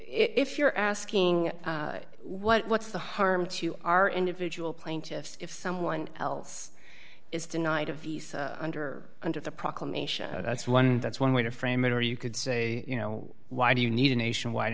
if you're asking what's the harm to our individual plaintiffs if someone else is denied a visa under under the proclamation that's one that's one way to frame it or you could say you know why do you need a nationwide